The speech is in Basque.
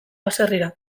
baserrira